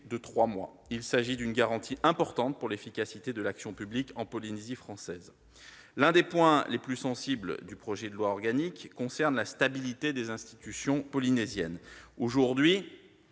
de trois mois. Il s'agit d'une garantie importante pour l'efficacité de l'action publique en Polynésie française. L'un des points les plus sensibles du projet de loi organique concerne la stabilité des institutions polynésiennes. Aujourd'hui,